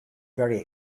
very